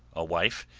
a wife,